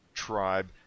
tribe